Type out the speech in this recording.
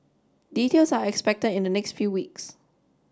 details are expected in the next few weeks